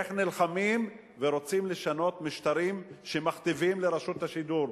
איך נלחמים ורוצים לשנות משטרים שמכתיבים לרשות השידור,